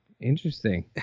interesting